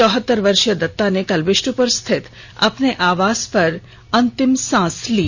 चौहतर वर्षीय दत्ता ने कल विष्ट्पुर स्थित अपने आवास पर अंतिम सांस ली